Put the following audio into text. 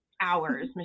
hours